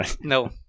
No